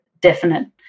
definite